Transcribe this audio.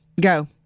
Go